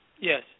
Yes